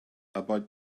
about